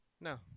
No